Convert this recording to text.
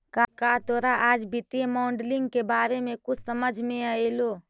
का तोरा आज वित्तीय मॉडलिंग के बारे में कुछ समझ मे अयलो?